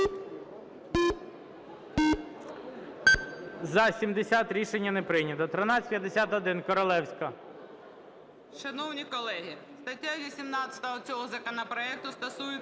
За-70 Рішення не прийнято. 3241. Королевська.